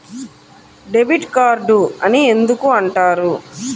Debit card అని ఎందుకు అంటారు?